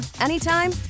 anytime